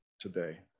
today